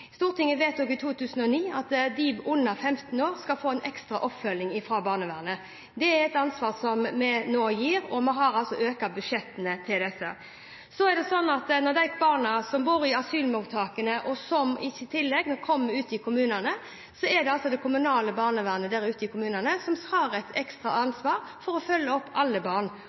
Stortinget vedtok i 2009 at de under 15 år skal få en ekstra oppfølging fra barnevernet. Det er et ansvar som vi nå tar, og vi har altså økt budsjettene til dette. Så er det sånn at når de barna som bor i asylmottak, kommer ut i kommunene, er det det kommunale barnevernet der ute i kommunene som har et ekstra